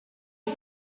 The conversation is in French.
est